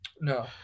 no